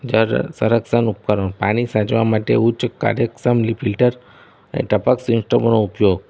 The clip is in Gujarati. સંરક્ષણ ઉપકરણ પાણી સાચવવા માટે ઉચ્ચ કાર્યક્ષમ લિ ફિલ્ટર અને ટપક સિસ્ટમોનો ઉપયોગ